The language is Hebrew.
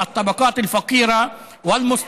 מתחילת כהונתה של הכנסת העשרים הגשנו מאות